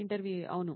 ఇంటర్వ్యూఈ అవును